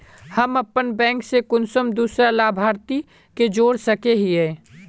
हम अपन बैंक से कुंसम दूसरा लाभारती के जोड़ सके हिय?